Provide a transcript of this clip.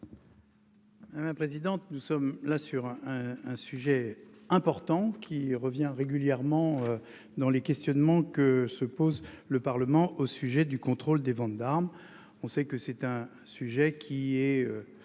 Alain présidente. Nous sommes là sur un, un sujet important qui revient régulièrement dans les questionnements que se pose le parlement au sujet du contrôle des ventes d'armes. On sait que c'est un sujet qui est